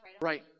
Right